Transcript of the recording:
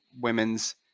women's